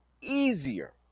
easier